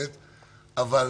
בכנסת,